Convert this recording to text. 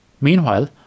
Meanwhile